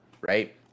right